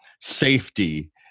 safety